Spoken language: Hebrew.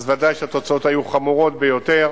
ודאי שהתוצאות היו חמורות ביותר.